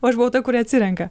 o aš buvau ta kuri atsirenka